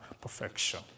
perfection